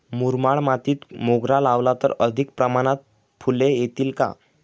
मुरमाड मातीत मोगरा लावला तर अधिक प्रमाणात फूले येतील का?